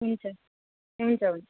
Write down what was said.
हुन्छ हुन्छ हुन्छ